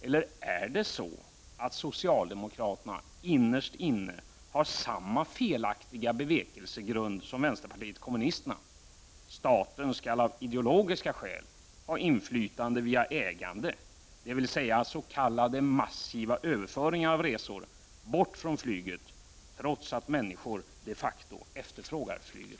Eller är det så att socialdemokraterna innerst inne har samma felaktiga bevekelsegrund som vänsterpartiet kommunisterna: staten skall av ideologiska skäl ha inflytande via ägandet, dvs. s.k. massiva överföringar av resor bort från flyget, trots att människor de facto efterfrågar flyget?